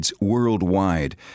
worldwide